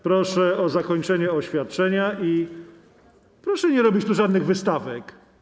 Proszę o zakończenie oświadczenia i proszę nie robić tu żadnych wystawek.